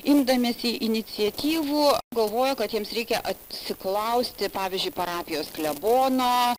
imdamiesi iniciatyvų galvojo kad jiems reikia atsiklausti pavyzdžiui parapijos klebono